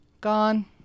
gone